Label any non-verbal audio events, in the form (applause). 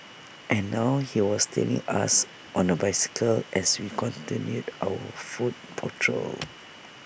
and now he was tailing us on A bicycle as we continued our foot patrol (noise)